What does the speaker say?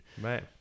Right